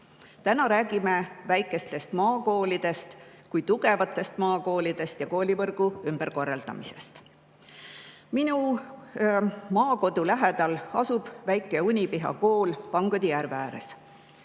räägime väikestest maakoolidest kui tugevatest maakoolidest ja koolivõrgu ümberkorraldamisest. Minu maakodu lähedal asub väike Unipiha kool Pangodi järve ääres.